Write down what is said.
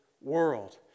world